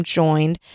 joined